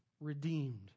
redeemed